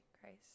Christ